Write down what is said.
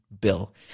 Bill